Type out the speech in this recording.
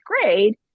grade